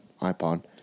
iPod